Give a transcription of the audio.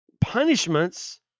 punishments